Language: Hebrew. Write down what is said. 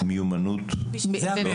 מיומנות, לא?